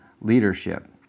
leadership